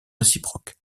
réciproques